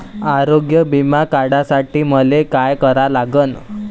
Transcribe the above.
आरोग्य बिमा काढासाठी मले काय करा लागन?